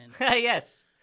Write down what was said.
Yes